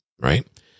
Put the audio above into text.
right